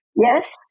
Yes